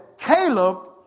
Caleb